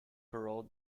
parole